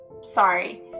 sorry